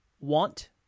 want